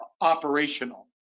operational